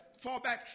fallback